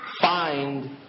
Find